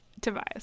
Tobias